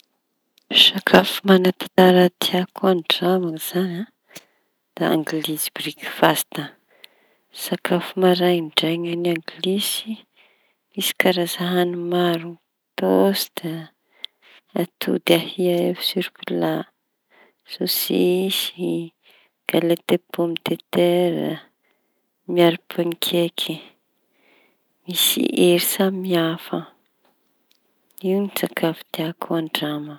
Sakafo maña-tantara tiako andramaña da angilisy brikifasta. Sakafo maraindraiña ny angilisy misy karaza hañina, tôsta, atody ahia efo siry pilat, sôsisy, galety de pôma de tera, miaro pankake. Misy hery samihafa. Io sakafo tiako andramaña.